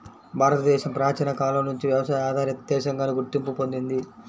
భారతదేశం ప్రాచీన కాలం నుంచి వ్యవసాయ ఆధారిత దేశంగానే గుర్తింపు పొందింది